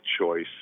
choice